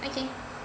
okay